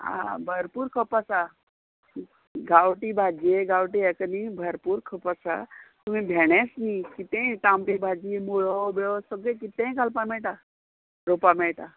आं भरपूर खप आसा गांवटी भाजे गांवटी हेका न्ही भरपूर खप आसा तुमी भेणेच न्ही कितेंय तांबडी भाजी मुळो बिळो सगळें कितेंय घालपा मेयटा रोवपा मेयटा